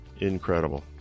incredible